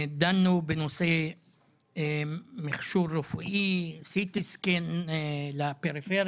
דנו בנושא מכשור רפואי, CT scan לפריפריה.